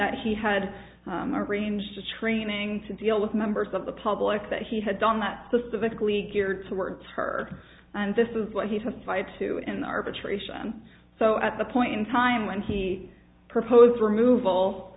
that he had arranged a training to deal with members of the public that he had done that specifically geared towards her and this is what he testified to in arbitration so at the point in time when he proposed removal